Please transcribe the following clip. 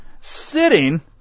sitting